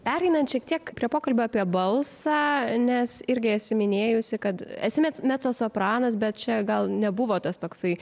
pereinant šiek tiek prie pokalbio apie balsą nes irgi esi minėjusi kad esi mecosopranas bet čia gal nebuvo tas toksai